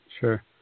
Sure